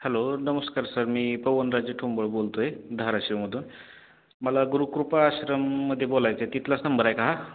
hello नमस्कार sir मी पवनराजे ठोंबळ बोलतो आहे धाराशिवमधून मला गुरुकृपाश्रममध्ये बोलायचं आहे तिथलाच नंबर आहे का हा